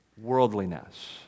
worldliness